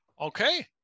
Okay